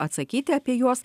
atsakyti apie juos